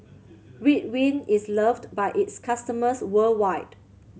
Ridwind is loved by its customers worldwide